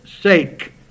sake